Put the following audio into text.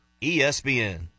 ESPN